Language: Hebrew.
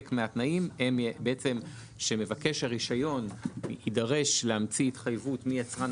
מהתנאים הם שמבקש הרישיון יידרש להמציא התחייבות מיצרן